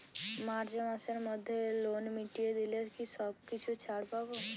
March মাসের মধ্যে loan মিটিয়ে দিলে কি কিছু ছাড় পাব?